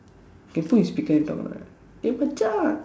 can put in speaker and talk or not eh மச்சா:machsaa